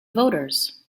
voters